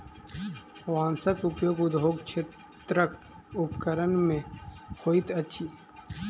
बांसक उपयोग उद्योग क्षेत्रक उपकरण मे होइत अछि